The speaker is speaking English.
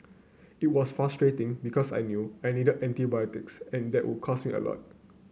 it was frustrating because I knew I needed antibiotics and that would cost me a lot